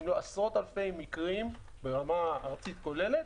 אם לא עשרות אלפי מקרים ברמה ארצית כוללת